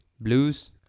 blues